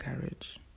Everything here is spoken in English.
courage